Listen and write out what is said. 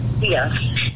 yes